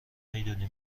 میدونی